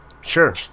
Sure